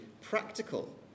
practical